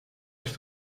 ens